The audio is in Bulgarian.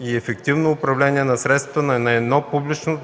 и ефективно управление на средствата на едно публично